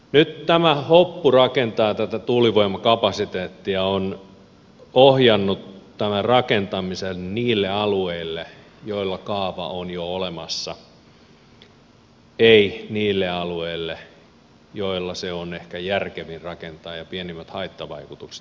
nyt tämä hoppu rakentaa tätä tuulivoimakapasiteettia on ohjannut tämän rakentamisen niille alueille joilla kaava on jo olemassa ei niille alueille joilla se on ehkä järkevin rakentaa ja pienimmät haittavaikutukset ja niin edespäin